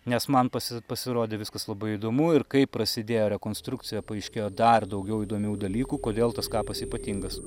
nes man pasi pasirodė viskas labai įdomu ir kai prasidėjo rekonstrukcija paaiškėjo dar daugiau įdomių dalykų kodėl tas kapas ypatingas